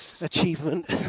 achievement